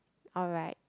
alright